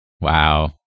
Wow